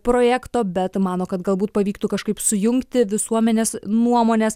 projekto bet mano kad galbūt pavyktų kažkaip sujungti visuomenės nuomones